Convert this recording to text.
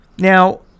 Now